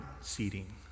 seating